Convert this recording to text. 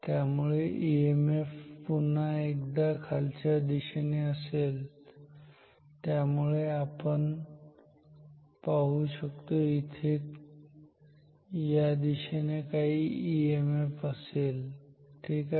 त्यामुळे ईएमएफ पुन्हा एकदा खालच्या दिशेने असेल त्यामुळे आपण पाहू शकतो की इथे या दिशेने काही ईएमएफ असेल ठीक आहे